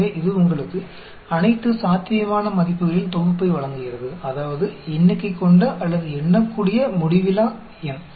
எனவே இது உங்களுக்கு அனைத்து சாத்தியமான மதிப்புகளின் தொகுப்பை வழங்குகிறது அதாவது எண்ணிக்கை கொண்ட அல்லது எண்ணக்கூடிய முடிவிலா எண்